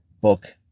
book